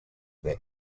their